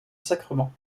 sacrement